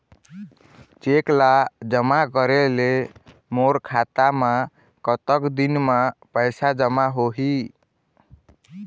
Cheque ला जमा करे ले मोर खाता मा कतक दिन मा पैसा जमा होही?